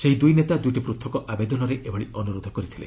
ସେହି ଦୁଇ ନେତା ଦୁଇଟି ପୃଥକ୍ ଆବେଦନରେ ଏଭଳି ଅନୁରୋଧ କରିଥିଲେ